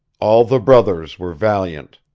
all the brothers were valiant